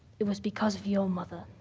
it was because of your mother.